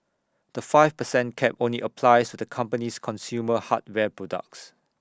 the five per cent cap only applies to the company's consumer hardware products